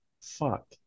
fuck